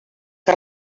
que